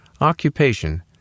OCCUPATION